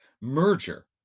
merger